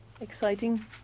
Exciting